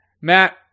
Matt